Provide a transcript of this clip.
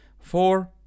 Four